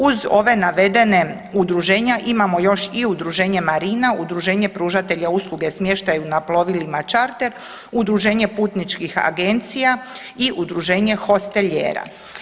Uz ove navedene udruženja imamo još i udruženje marina, udruženje pružatelja usluge smještaju na plovilima charter, udruženje putničkih agencija i udruženje hostelijera.